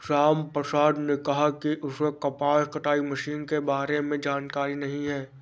रामप्रसाद ने कहा कि उसे कपास कटाई मशीन के बारे में जानकारी नहीं है